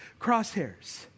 crosshairs